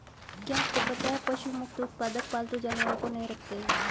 क्या आपको पता है पशु मुक्त उत्पादक पालतू जानवरों को नहीं रखते हैं?